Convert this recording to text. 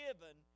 given